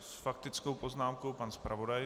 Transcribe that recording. S faktickou poznámkou pan zpravodaj.